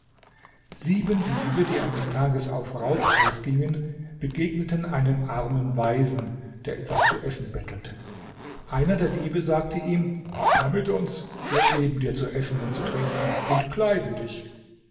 sieben diebe die eines tages auf raub ausgingen begegneten einem armen waisen der etwas zu essen bettelte einer der diebe sagte ihm komm mit uns wir geben dir zu essen und zu trinken und kleiden dich